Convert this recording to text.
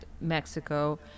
Mexico